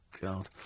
God